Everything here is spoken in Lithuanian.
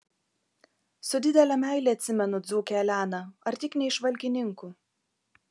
su didele meile atsimenu dzūkę eleną ar tik ne iš valkininkų